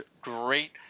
great